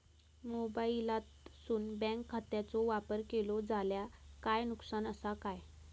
मोबाईलातसून बँक खात्याचो वापर केलो जाल्या काय नुकसान असा काय?